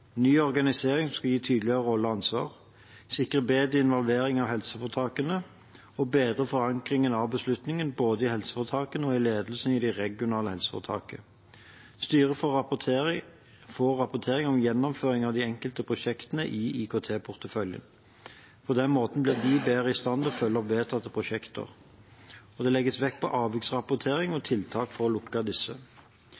Ny organisering skal gi tydeligere roller og ansvar, sikre bedre involvering av helseforetakene og bedre forankringen av beslutningene både i helseforetakene og i ledelsen i det regionale helseforetaket. Styret får rapportering om gjennomføring av de enkelte prosjektene i IKT-porteføljen. På den måten blir de bedre i stand til å følge opp vedtatte prosjekter. Det legges vekt på avviksrapportering og